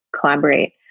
collaborate